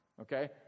Okay